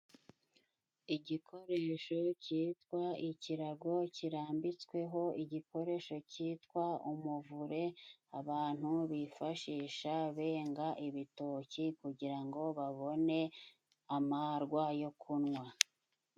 Igikoresho cyitwa ikirago, kirambitsweho igikoresho cyitwa umuvure, abantu bifashisha benga ibitoki kugira ngo babone amarwa yo kunwa.